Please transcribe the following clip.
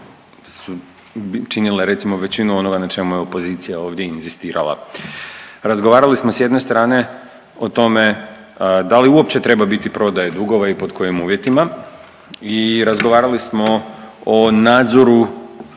su činile recimo većinu onoga na čemu je opozicija ovdje inzistirala. Razgovarali smo s jedne strane o tome da li uopće treba biti prodaje dugova i pod kojim uvjetima i razgovarali smo o nadzoru